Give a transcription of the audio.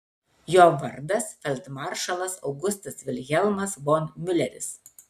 jo vardas feldmaršalas augustas vilhelmas von miuleris